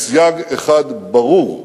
יש סייג אחד ברור,